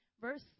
Verse